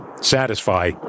satisfy